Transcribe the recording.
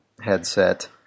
headset